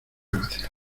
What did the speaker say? gracias